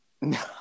No